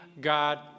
God